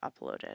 uploaded